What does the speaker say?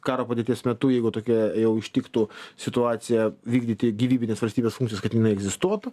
karo padėties metu jeigu tokia jau ištiktų situacija vykdyti gyvybines valstybės funkcijas kad jinai egzistuotų